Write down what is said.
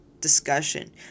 discussion